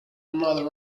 another